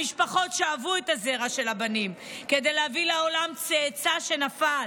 המשפחות שאבו את הזרע של הבנים כדי להביא לעולם צאצא ממי שנפל.